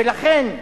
ולכן,